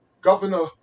Governor